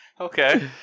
Okay